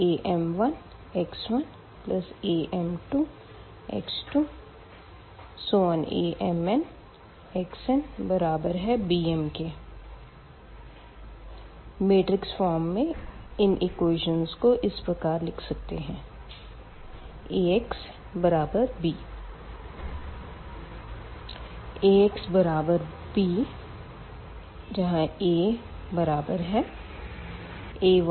a11x1a12x2a1nxnb1 a21x1a22x2a2nxnb2 am1x1am2x2⋯amnxnbm matrix के रूप में इन एक्वेशन्स को इस प्रकार लिख सकते है A x बराबर b